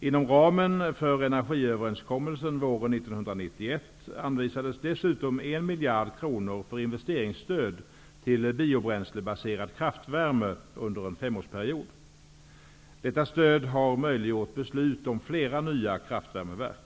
Inom ramen för energiöverenskommelsen våren 1991 anvisades dessutom 1 miljard kronor för investeringsstöd till biobränslebaserad kraftvärme under en femårsperiod. Detta stöd har möjliggjort beslut om flera nya kraftvärmeverk.